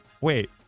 Wait